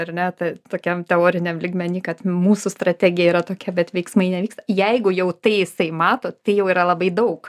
ar ne tokiam teoriniam lygmeny kad mūsų strategija yra tokia bet veiksmai nevyksta jeigu jau tai jisai mato tai jau yra labai daug